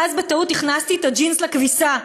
ואז בטעות הכנסתי את הג'ינס לכביסה.